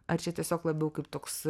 ar čia tiesiog labiau kaip toks